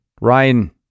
Ryan